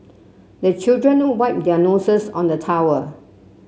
the children wipe their noses on the towel